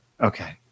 okay